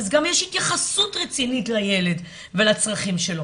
אז גם יש התייחסות רצינית לילד ולצרכים שלו.